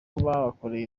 bamukoreye